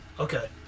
Okay